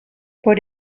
por